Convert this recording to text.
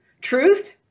Truth